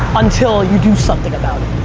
until you do something about it.